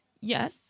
Yes